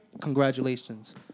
Congratulations